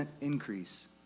increase